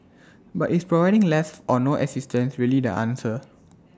but is providing less or no assistance really the answer